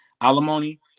alimony